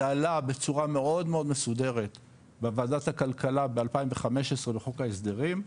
זה עלה בצורה מאוד מאוד מסודרת בוועדת הכלכלה ב- 2015 בחוק ההסדרים.